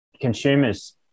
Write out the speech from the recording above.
consumers